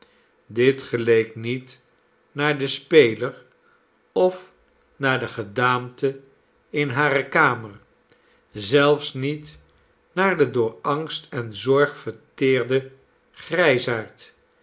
dit geleek niet naar den speler of naar de gedaante in hare kamer zelfs niet naar den door angst en zorg verteerden